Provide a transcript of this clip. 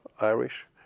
Irish